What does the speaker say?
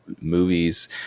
movies